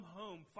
home